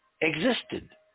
existed